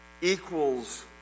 equals